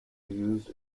used